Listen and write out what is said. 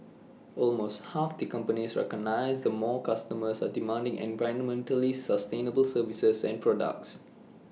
almost half the companies recognise more customers are demanding environmentally sustainable services and products